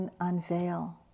unveil